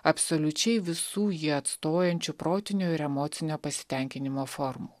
absoliučiai visų jį atstojančių protinio ir emocinio pasitenkinimo formų